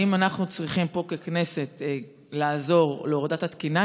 האם אנחנו פה בכנסת צריכים לעזור להורדת התקינה?